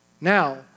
Now